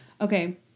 Okay